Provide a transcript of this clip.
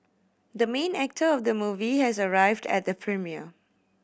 the main actor of the movie has arrived at the premiere